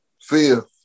fifth